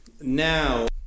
now